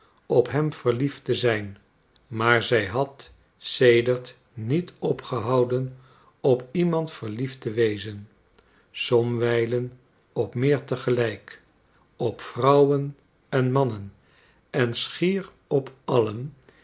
op hem verliefd te zijn maar zij had sedert niet opgehouden op iemand verliefd te wezen somwijlen op meer te gelijk op vrouwen en mannen en schier op allen